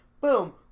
Boom